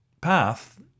path